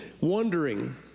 WONDERING